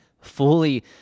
fully